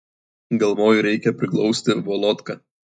galvoju reikia priglausti volodką